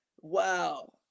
Wow